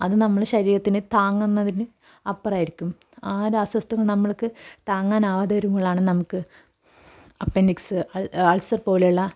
അത് നമ്മുടെ ശരീരത്തിന് താങ്ങുന്നതിനും അപ്പുറമായിരിക്കും ആ രാസവസ്തുക്കൾ നമ്മൾക്ക് താങ്ങാനാകാതെ വരുമ്പോഴാണ് നമുക്ക് അപ്പെൻഡിക്സ് അൾസർ പോലെയുള്ള